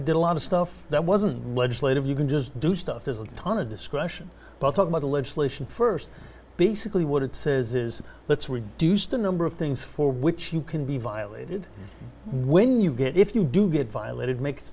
did a lot of stuff that wasn't legislative you can just do stuff there's a ton of discretion but some of the legislation st basically what it says is let's reduce the number of things for which you can be violated when you get if you do get violated make